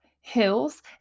hills